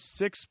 six